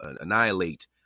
Annihilate